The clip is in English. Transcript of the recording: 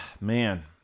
Man